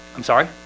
i'm sorry